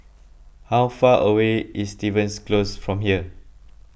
how far away is Stevens Close from here